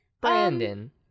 Brandon